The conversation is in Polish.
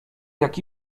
jak